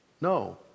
no